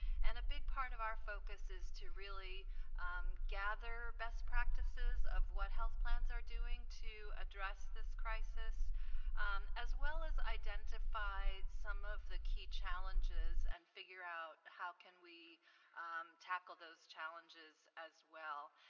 and a big part of our focus is to really gather best practices of what health plans are doing to address this crisis as well as identify some of the key challenges and figure out how can we tackle those challenges as well.